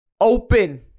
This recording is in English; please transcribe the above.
open